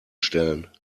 stellen